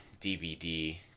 DVD